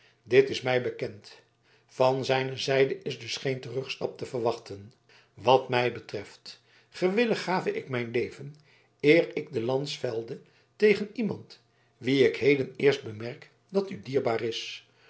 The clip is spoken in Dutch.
dit is mij bekend van zijne zijde is dus geen terugstap te verwachten wat mij betreft gewillig gave ik mijn leven eer ik de lans velde tegen iemand wien ik heden eerst bemerk dat u dierbaar is